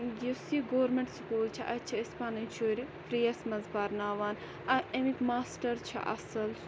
یُس یہِ government school چھِ اَتہِ چھِ أسۍ پَنٕنۍ شُرۍ فری یَس مَنٛز پَرناوان امکۍ ماسٹَر چھِ اَصل